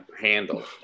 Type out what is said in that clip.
handle